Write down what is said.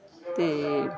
ਅਤੇ